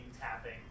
tapping